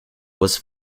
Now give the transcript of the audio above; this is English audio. was